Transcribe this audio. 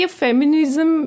feminism